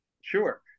Sure